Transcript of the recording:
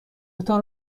تان